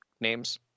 names